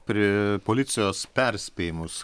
pri policijos perspėjimus